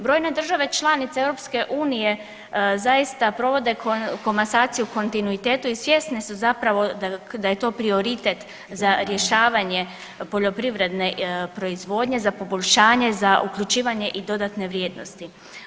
Brojne države članice EU zaista provode komasaciju u kontinuitetu i svjesni su zapravo da je to prioritet za rješavanje poljoprivredne proizvodnje, za poboljšanje, za uključivanje i dodatne vrijednosti.